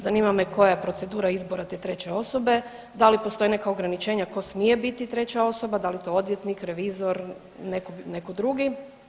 Zanima me koja je procedura izbora te treće osobe, da li postoje neka ograničenja tko smije biti treća osoba, da li je to odvjetnik, revizor, neko, neko drugi?